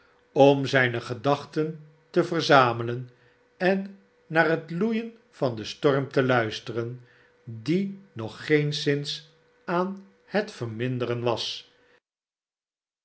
om zijne gedachten te verzamelen en naar het loeien van den storm te luisteren die nog geenszins aan het verminderen was